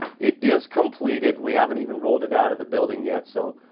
it is completed. we haven't even rolled it out of the building yet. so,